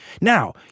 Now